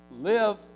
live